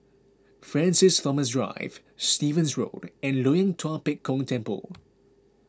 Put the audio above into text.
Francis Thomas Drive Stevens Road and Loyang Tua Pek Kong Temple